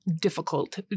difficult